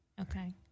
Okay